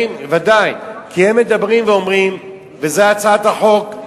ודאי, כי הם מדברים ואומרים, וזאת הצעת החוק,